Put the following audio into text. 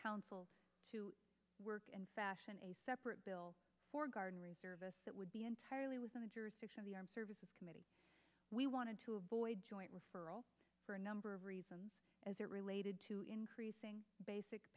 council to work in fashion a separate bill for garnering service that would be entirely within the jurisdiction of the armed services committee we wanted to avoid joint was for all for a number of reasons as it related to increasing basic